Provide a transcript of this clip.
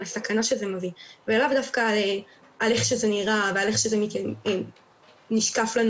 על הסכנה שזה מביא ולאו דווקא על איך שזה נראה ועל איך זה משתקף לנו.